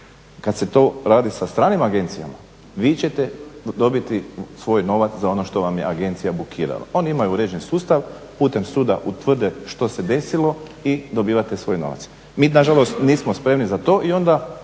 Kad se to radi sa stranom agencijama vi ćete dobiti svoj novac za ono što vam je agencija blokirala, oni imaju uređeni sustav, putem suda utvrde što se desilo i dobivate svoj novac. Mi nažalost nismo spremni za to i onda